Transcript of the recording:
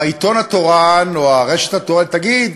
והעיתון התורן או הרשת התורנית יגידו: